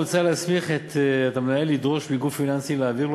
מוצע להסמיך את המנהל לדרוש מגוף פיננסי להעביר לו